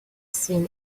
seen